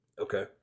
Okay